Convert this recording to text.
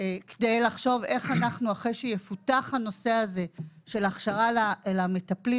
כדי לחשוב איך אנחנו אחרי שיפותח הנושא הזה של הכשרה למטפלים,